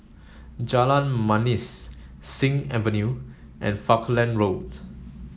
Jalan Manis Sing Avenue and Falkland Road